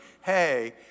hey